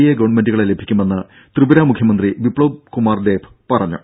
A ഗവൺമെന്റുകളെ ലഭിക്കുമെന്ന് ത്രിപുര മുഖ്യമന്ത്രി ബിപ്പവ്കുമാർദേബ് പറഞ്ഞു